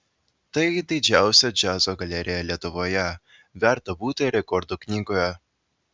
tai didžiausia džiazo galerija lietuvoje verta būti rekordų knygoje